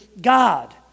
God